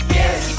yes